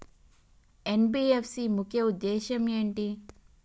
NBFC ముఖ్య ఉద్దేశం ఏంటి?